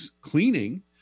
cleaning